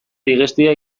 digestioa